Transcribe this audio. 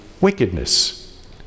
wickedness